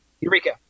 Eureka